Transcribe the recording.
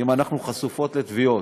אם אנחנו חשופות לתביעות,